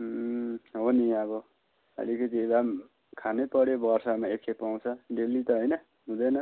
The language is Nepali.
उम्म हो नि अब अलिकति भाम खानै पऱ्यो बर्षामा एकखेप आउँछ डेली त होइन हुँदैन